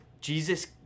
Jesus